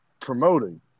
promoting